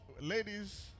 ladies